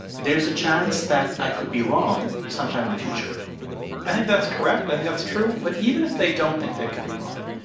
there's a chance that i could be wrong sometime in the future i think that's correct. i think that's true. but even if they don't think they could be wrong,